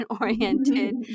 oriented